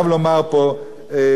טוב,